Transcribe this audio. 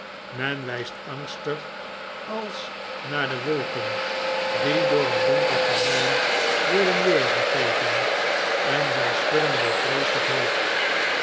men wijst angstig als naar de wolken die door een donker gordijn worden weergegeven en zij schudden bevreesd het hoofd